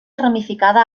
ramificada